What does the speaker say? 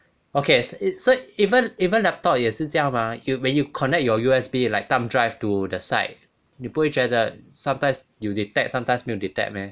okay it so even even laptop 也是这样 mah you when you connect your U_S_B like thumb drive to the side 你不会觉得 sometimes 有 detect sometimes 没有 detect meh